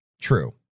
True